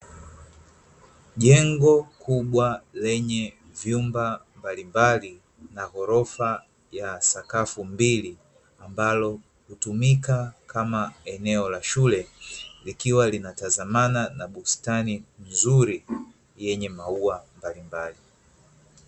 Jengo kubwa lenye vyumba mbalimbali na ghorofa ya sakafu mbili ambalo hutumika kama eneo la shule likiwa linatazamana na bustani nzuri yenye maua mbalimbali.